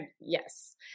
Yes